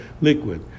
liquid